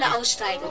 aussteigen